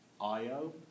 Io